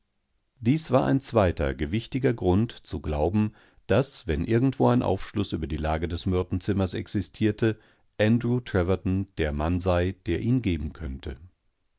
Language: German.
dies war ein zweiter gewichtiger grund zu glauben daß wenn irgendwo ein aufschluß über die lage des myrtenzimmers existierte andrew treverton der mann sei derihngebenkönnte